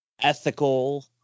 ethical